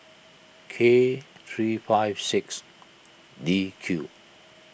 K three five six D Q